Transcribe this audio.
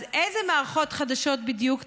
אז איזה מערכות חדשות בדיוק תתקינו?